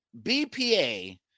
BPA